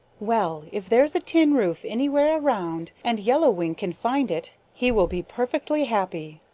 well, if there's a tin roof anywhere around, and yellow wing can find it, he will be perfectly happy.